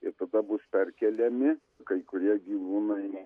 ir tada bus perkeliami kai kurie gyvūnai